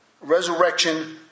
resurrection